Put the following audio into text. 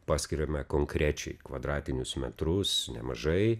paskiriame konkrečiai kvadratinius metrus nemažai